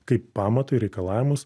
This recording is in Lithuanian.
kaip pamatui reikalavimus